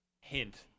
hint